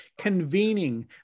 Convening